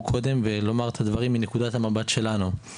קודם ולומר את הדברים מנקודת המבט שלנו.